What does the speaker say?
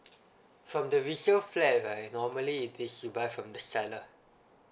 from the resale flat right normally if this you buy from the seller